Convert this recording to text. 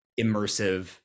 immersive